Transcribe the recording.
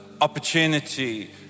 opportunity